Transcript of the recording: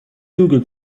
google